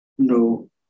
no